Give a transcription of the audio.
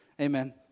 Amen